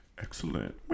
Excellent